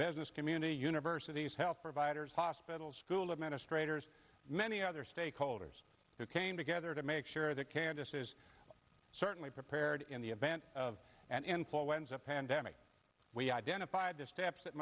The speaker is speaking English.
business community universities health providers hospitals school administrators many other stakeholders who came together to make sure that qantas is certainly prepared in the event of an influenza pandemic we identified the steps that